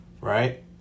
Right